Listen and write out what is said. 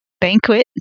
banquet